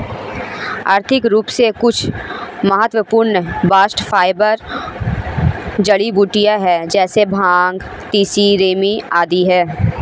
आर्थिक रूप से कुछ महत्वपूर्ण बास्ट फाइबर जड़ीबूटियां है जैसे भांग, तिसी, रेमी आदि है